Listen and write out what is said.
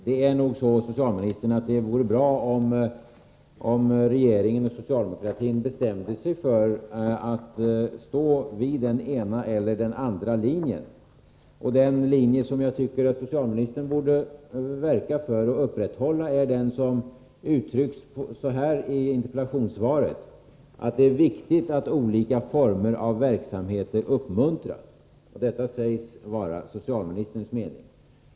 Det vore nog bra, socialministern, om regeringen och socialdemokratin bestämde sig för att stå vid den ena eller den andra linjen. Den linje som jag tycker att socialministern borde verka för och upprätthålla är den som uttrycks så här i interpellationssvaret: ”——— det är viktigt att olika former av verksamheter uppmuntras”. Detta sägs vara socialministerns mening.